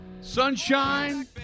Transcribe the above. Sunshine